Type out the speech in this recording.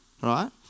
Right